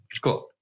cool